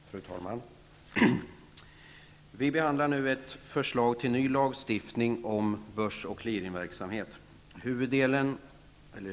Fru talman! Vi behandlar nu ett förslag till ny lagstiftning om börs och clearingverksamhet.